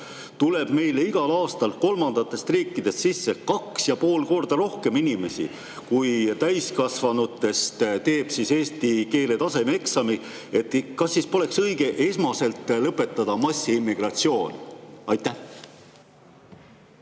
tuleb meile igal aastal kolmandatest riikidest sisse 2,5 korda rohkem inimesi, kui täiskasvanutest teeb eesti keele tasemeeksami, kas siis poleks õige esmaselt lõpetada massiimmigratsioon? Jah,